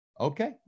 Okay